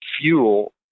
fuel